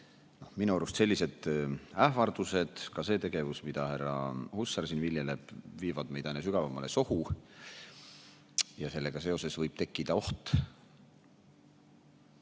Minu arust sellised ähvardused, ka see tegevus, mida härra Hussar siin viljeleb, viivad meid aina sügavamale sohu, ja sellega seoses võib tekkida oht,